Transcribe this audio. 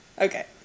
Okay